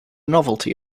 novelty